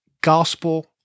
gospel